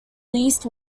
least